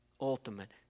ultimate